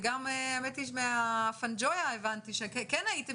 וגם האמת היא שגם מהפנג'ויה הבנתי שכן הייתם